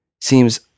Seems